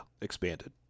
Expanded